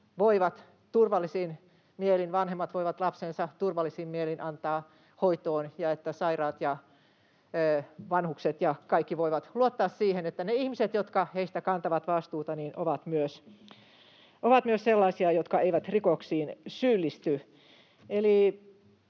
vanhemmat voivat lapsensa turvallisin mielin antaa hoitoon ja että sairaat ja vanhukset ja kaikki voivat luottaa siihen, että ne ihmiset, jotka heistä kantavat vastuuta, ovat myös sellaisia, jotka eivät rikoksiin syyllisty.